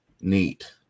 neat